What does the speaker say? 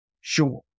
sure